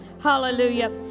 hallelujah